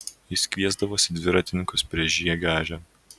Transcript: jis kviesdavosi dviratininkus prie žiegio ežero